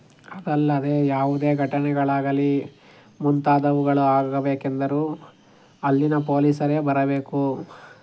ಅದಲ್ಲದೆ ಯಾವುದೇ ಘಟನೆಗಳಾಗಲಿ ಮುಂತಾದವುಗಳು ಆಗಬೇಕೆಂದರೂ ಅಲ್ಲಿನ ಪೋಲೀಸರೇ ಬರಬೇಕು